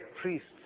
priests